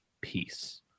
peace